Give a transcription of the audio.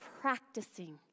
practicing